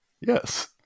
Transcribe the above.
Yes